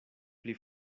pli